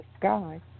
sky